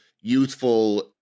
youthful